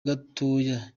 gatoya